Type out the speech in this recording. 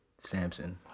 Samson